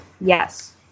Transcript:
Yes